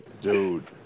Dude